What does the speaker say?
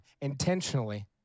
intentionally